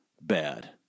bad